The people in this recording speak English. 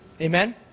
Amen